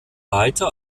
weiter